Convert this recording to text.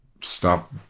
stop